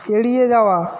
এড়িয়ে যাওয়া